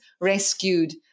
rescued